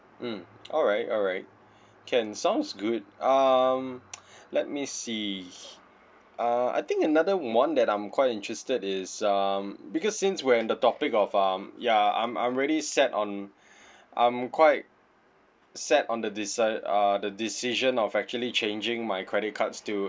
mm alright alright can sounds good um let me see uh I think another one that I'm quite interested is um because since we're on the topic of um ya I'm I'm already set on I'm quite set on the deci~ uh the decision of actually changing my credit cards to